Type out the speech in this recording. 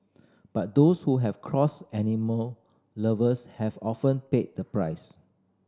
but those who have crossed animal lovers have often paid the price